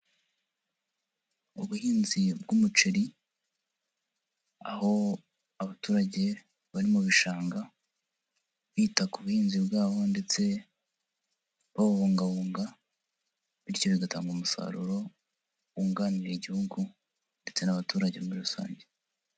Ubuhinzi bw'umuceri, aho abaturage bari mu bishanga, bita ku buhinzi bwabo ndetse babubungabunga bityo bigatanga umusaruro wunganira igihugu ndetse n'abaturage muri rusange.